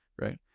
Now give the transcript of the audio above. right